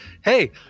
hey